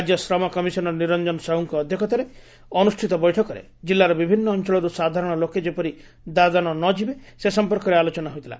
ରାକ୍ୟ ଶ୍ରମ କମିଶନର ନିରଞ୍ଞନ ସାହୁଙ୍କ ଅଧ୍ୟକ୍ଷତାରେ ଅନୁଷ୍ଠିତ ବୈଠକରେ ଜିଲ୍ଲାର ବିଭିନ୍ ଅଅଳର୍ ସାଧାରଣ ଲୋକେ ଯେପରି ଦାଦନ ନ ଯିବେ ସେ ସଂପର୍କରେ ଆଲୋଚନା ହୋଇଥିଲା